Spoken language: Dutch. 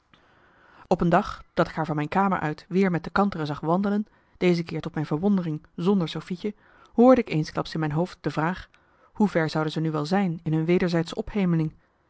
op een dag dat ik haar van mijn kamer uit weer met de kantere zag wandelen deze keer tot mijn verwondering zonder sofietje hoorde ik eensklaps in mijn hoofd de vraag hoe ver zouden ze nu wel zijn in hun wederzijdsche ophemeling